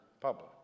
public